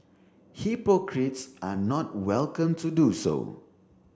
hypocrites are not welcome to do so